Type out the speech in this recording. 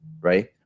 right